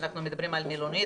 מלונית.